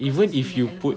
even if you put